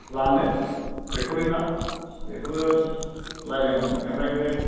लानो रेकर्दिंआ बेखौबो रायलायनांगोन ओमफ्राय बे